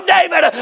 David